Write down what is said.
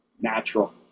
Natural